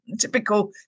typical